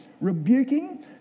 rebuking